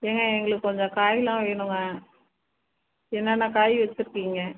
ஏங்க எங்களுக்குக் கொஞ்சம் காய்லாம் வேணுங்க என்னான்னா காய் வச்சிருக்கீங்க